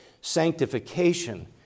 sanctification